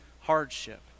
hardship